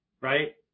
right